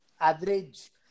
average